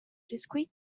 discrete